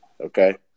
Okay